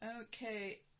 Okay